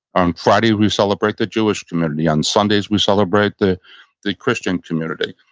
on friday, we celebrate the jewish community. on sundays, we celebrate the the christian community.